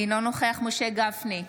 אינו נוכח משה גפני,